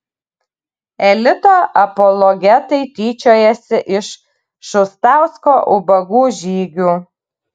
elito apologetai tyčiojasi iš šustausko ubagų žygių